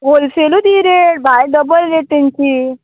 होलसेलूत ही रेट भायर double rate तेंची